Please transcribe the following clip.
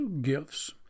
gifts